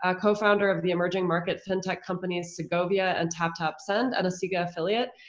ah co-founder of the emerging markets fintech companies segovia and taptap send and a cega affiliate.